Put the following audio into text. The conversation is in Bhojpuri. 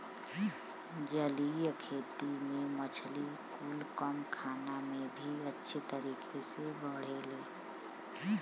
जलीय खेती में मछली कुल कम खाना में भी अच्छे तरीके से बढ़ेले